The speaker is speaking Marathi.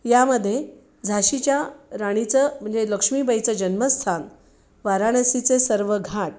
यामध्ये झाशीच्या राणीचं म्हणजे लक्ष्मीबाईचं जन्मस्थान वाराणसीचे सर्व घाट